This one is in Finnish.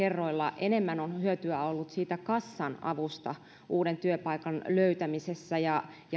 kerroilla on ollut enemmän hyötyä siitä kassan avusta uuden työpaikan löytämisessä ja